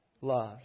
love